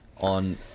on